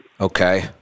Okay